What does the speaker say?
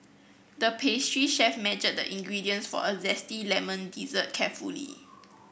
the pastry chef measured the ingredients for a zesty lemon dessert carefully